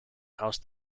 house